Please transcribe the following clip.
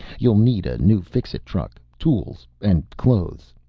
you'll need a new fixit truck. tools. and clothes.